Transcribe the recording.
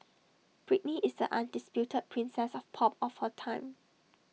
Britney is undisputed princess of pop of her time